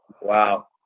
wow